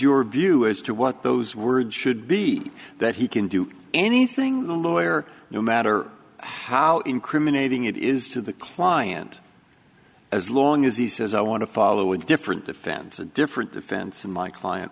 your view as to what those words should be that he can do anything a lawyer no matter how incriminating it is to the client as long as he says i want to follow a different defense a different defense and my client